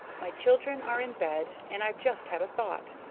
my children are in bed, and i've just had a thought.